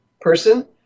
person